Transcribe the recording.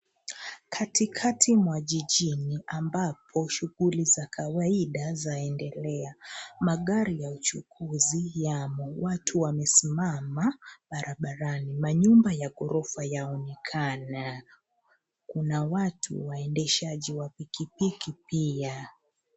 Katikati mwa jijini, ambapo shughuli za kawaida zaendelea. Magari ya uchukuzi yamo, watu wamesimama barabarani. Manyumba ya ghorofa yaonekana. Kuna watu, waendeshaji wa pikipiki pia.